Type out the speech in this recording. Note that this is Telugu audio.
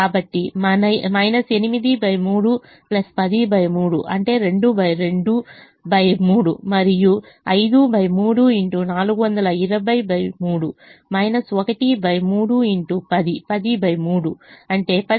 కాబట్టి 8 3 103 అంటే 22 3 మరియు 5 3 1 103 అంటే 10 3